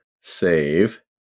save